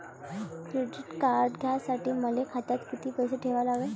Credit card घ्यासाठी मले खात्यात किती पैसे ठेवा लागन?